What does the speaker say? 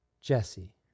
Jesse